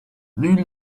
nul